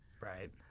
Right